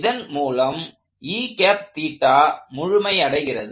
இதன் மூலம் முழுமை அடைகிறது